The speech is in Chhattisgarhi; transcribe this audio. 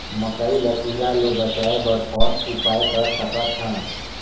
मकई ल कीड़ा ले बचाय बर कौन उपाय कर सकत हन?